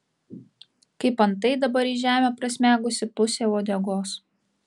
kaip antai dabar į žemę prasmegusi pusė uodegos